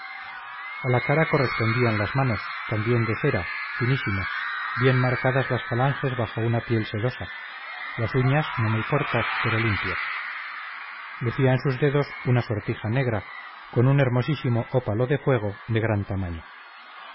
a la cara correspondían las manos también de cera finísimas bien marcadas las falanges bajo una piel sedosa las uñas no muy cortas pero limpias lucía en sus dedos una sortija negra con un hermosísimo ópalo de fuego de gran tamaño